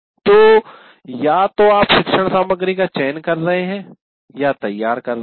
तो या तो आप शिक्षण सामग्री का चयन कर रहे हैं या तैयार कर रहे हैं